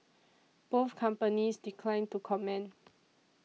both companies declined to comment